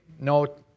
note